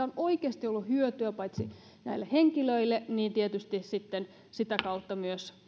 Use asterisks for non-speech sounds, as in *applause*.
*unintelligible* on oikeasti ollut hyötyä paitsi näille henkilöille myös tietysti sitä kautta